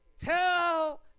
Tell